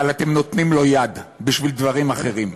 אבל אתם נותנים לו יד בשביל דברים אחרים.